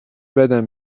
بدم